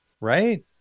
Right